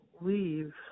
leave